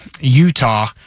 Utah